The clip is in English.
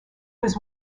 was